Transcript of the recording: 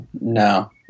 no